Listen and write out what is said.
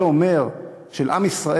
הווי אומר של עם ישראל,